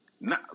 No